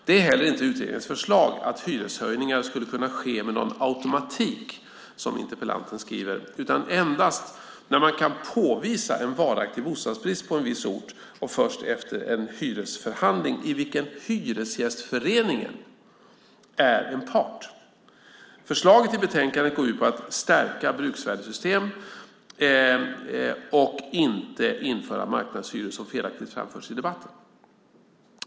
Det är heller inte utredningens förslag att hyreshöjningar skulle kunna ske med någon "automatik", som interpellanten skriver, utan endast när man kan påvisa en varaktig bostadsbrist på en viss ort och först efter en hyresförhandling i vilken Hyresgästföreningen är en part. Förslaget i betänkandet går ut på att stärka bruksvärdessystem och inte införa marknadshyror, som felaktigt framförts i debatten.